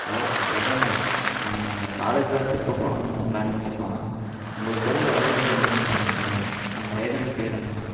hello Sasi அண்ணா நான் இங்கே காலேஜில் ட்ரிப்பு போலாம்ன்னு பிளான் பண்ணியிருக்கோம் உங்களுக்கு தெரிஞ்ச ஏஜென்சி ஒன்று இருக்குன்னு சொன்னிங்கள்ல அந்த ஏஜென்சி பேர் என்னண்ணா